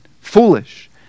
foolish